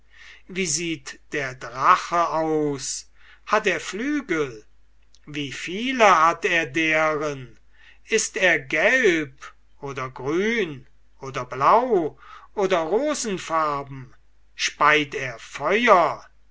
wie sieht der drache aus hat er flügel wie viele hat er deren ist er gelb oder grün oder blau oder rosenfarb speit er feuer